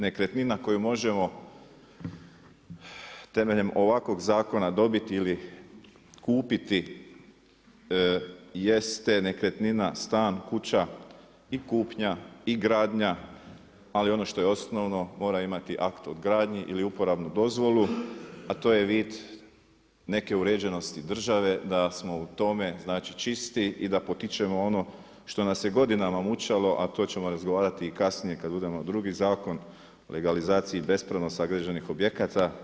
Nekretnina koju možemo temeljem ovakvog zakona dobiti ili kupiti jeste nekretnina, stan, kuća i kupnja i gradnja, ali ono što je osnovno mora imati akt o gradnji ili uporabnu dozvolu, a to je vid neke uređenosti države, da smo u tome znači, čisti i da potičemo ono što nas je godinama mučilo a to ćemo razgovarati i kasnije kad budemo drugi Zakon o legalizaciji i bespravno sagrađenih objekata.